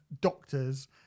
doctors